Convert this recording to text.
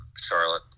Charlotte